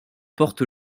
porte